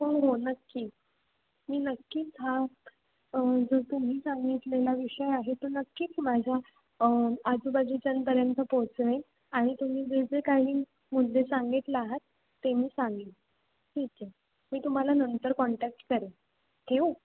हो हो नक्की मी नक्कीच हा जो तुम्ही सांगितलेला विषय आहे तो नक्कीच माझ्या आजूबाजूच्यापर्यंत पोचवेन आणि तुम्ही जे जे काही मुद्दे सांगितला आहात ते मी सांगेन ठीक आहे मी तुम्हाला नंतर कॉन्टॅक्ट करेन ठेवू